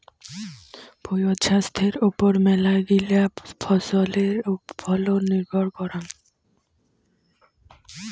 ভুঁইয়ত ছাস্থের ওপর মেলাগিলা ফছলের ফলন নির্ভর করাং